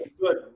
good